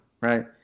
right